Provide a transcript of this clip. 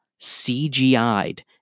CGI'd